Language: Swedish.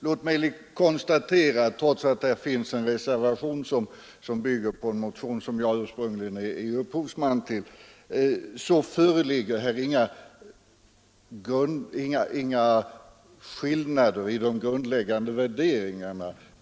Låt mig emellertid konstatera att det, trots att det finns en reservation som bygger på en motion som jag ursprungligen är upphovsman till, inte föreligger några skillnader i de grundläggande värderingarna.